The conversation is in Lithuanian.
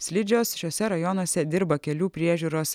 slidžios šiuose rajonuose dirba kelių priežiūros